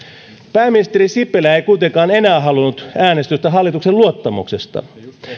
pääministeri sipilä ei kuitenkaan enää halunnut äänestystä hallituksen luottamuksesta